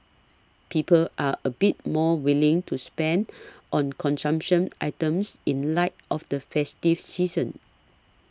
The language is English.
people are a bit more willing to spend on consumption items in light of the festive season